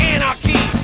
Anarchy